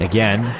Again